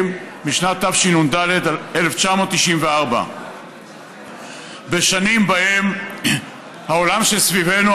משנת התשנ"ד 1994. בשנים שבהן העולם שסביבנו,